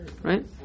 Right